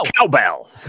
cowbell